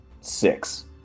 Six